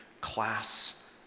class